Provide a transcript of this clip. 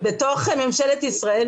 בתוך ממשלת ישראל,